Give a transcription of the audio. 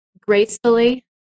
gracefully